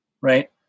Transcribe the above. right